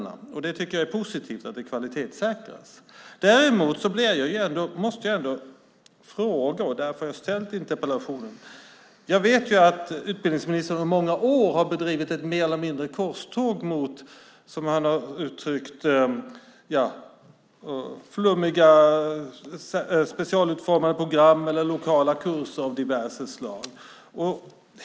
Jag tycker att det är positivt att det kvalitetssäkras. Däremot måste jag ändå ställa en interpellation. Jag vet att utbildningsministern under många år har bedrivit mer eller mindre korståg mot, som han har uttryckt det, flummiga specialutformade program eller lokala kurser av diverse slag.